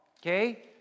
Okay